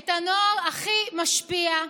את הנוער הכי משפיע,